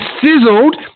sizzled